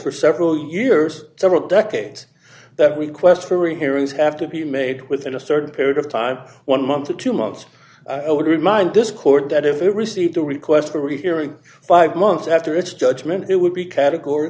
for several years several decades that requests for hearings have to be made within a certain period of time one month or two months it would remind this court that if it received a request for rehearing five months after its judgment it would be categor